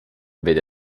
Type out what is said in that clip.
vede